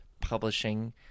publishing